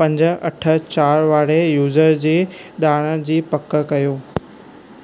पंज अठ चारि वारे यूज़र जी ॼाण जी पकि कयो